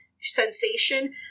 sensation